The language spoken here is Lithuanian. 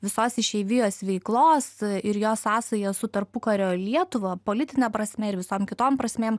visos išeivijos veiklos ir jos sąsają su tarpukario lietuva politine prasme ir visom kitom prasmėm